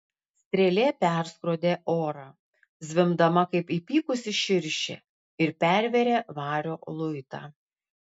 strėlė perskrodė orą zvimbdama kaip įpykusi širšė ir pervėrė vario luitą